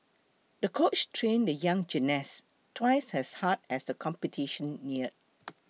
the coach trained the young gymnast twice as hard as the competition neared